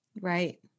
Right